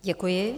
Děkuji.